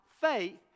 faith